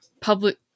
Public